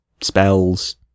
Spells